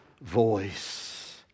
voice